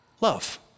love